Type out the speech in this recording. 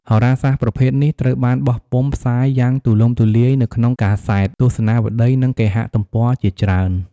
ហោរាសាស្ត្រប្រភេទនេះត្រូវបានបោះពុម្ពផ្សាយយ៉ាងទូលំទូលាយនៅក្នុងកាសែត ទស្សនាវដ្តី និងគេហទំព័រជាច្រើន។